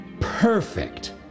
perfect